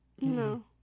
no